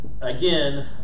again